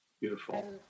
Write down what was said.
Beautiful